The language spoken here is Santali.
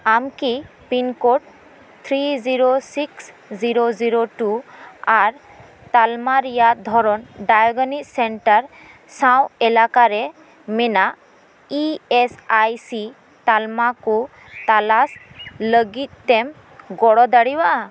ᱟᱢ ᱠᱤ pincode three zero six zero zero two ᱟᱨ ᱛᱟᱞᱢᱟ ᱨᱮᱭᱟᱜ ᱫᱷᱚᱨᱚᱱ ᱰᱟᱭᱜᱚᱱᱳᱥᱴᱤᱠᱥ ᱥᱮᱱᱴᱟᱨ ᱥᱟᱶ ᱮᱞᱟᱠᱟᱨᱮ ᱢᱮᱱᱟᱜ ᱤ ᱮᱥ ᱟᱭ ᱥᱤ ᱛᱟᱞᱢᱟ ᱠᱚ ᱛᱚᱞᱟᱥ ᱞᱟᱹᱜᱤᱫᱛᱮᱢ ᱜᱚᱲᱚ ᱫᱟᱲᱤᱭᱟᱜᱼᱟ